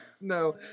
No